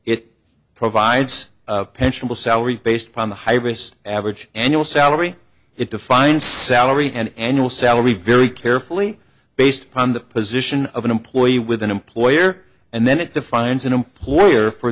it provides pensionable salary based upon the hybris average annual salary it defines salary and annual salary very carefully based upon the position of an employee with an employer and then it defines an employer for